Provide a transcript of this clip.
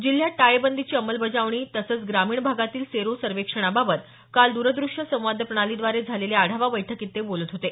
जिल्ह्यात टाळेबंदीची अंमलबजावणी तसंच ग्रामीण भागातील सेरो सर्वेक्षणाबाबत काल दूरदृष्य संवाद प्रणालीद्वारे झालेल्या आढावा बैठकीत ते बोलत होते